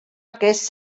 aquests